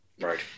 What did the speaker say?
Right